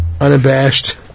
unabashed